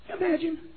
imagine